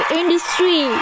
industry